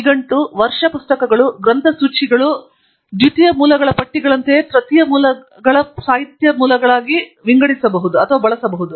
ನಿಘಂಟು ವರ್ಷ ಪುಸ್ತಕಗಳು ಗ್ರಂಥಸೂಚಿಗಳನ್ನು ದ್ವಿತೀಯ ಮೂಲಗಳ ಪಟ್ಟಿಗಳಂತಹ ತೃತೀಯ ಮೂಲಗಳನ್ನು ಸಹ ಸಾಹಿತ್ಯ ಮೂಲಗಳಾಗಿ ಬಳಸಬಹುದು